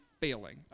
failing